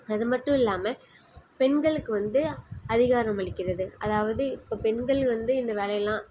அதுமட்டும் இல்லாமல் பெண்களுக்கு வந்து அதிகாரமளிக்கிறது அதாவது இப்போ பெண்கள் வந்து இந்த வேலையெல்லாம்